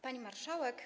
Pani Marszałek!